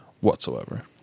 whatsoever